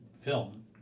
film